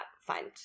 find